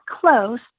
close